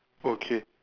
okay